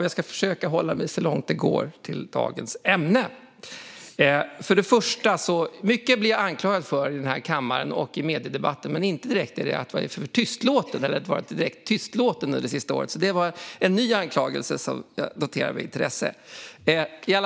Herr talman! Jag ska så långt det går försöka hålla mig till dagens ämne. Mycket blir jag anklagad för i denna kammare och i mediedebatten, men jag har inte direkt blivit anklagad för att jag har varit tystlåten under det senaste året. Det var en ny anklagelse, som jag med intresse noterar.